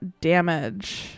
damage